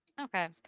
Okay